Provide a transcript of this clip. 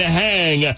hang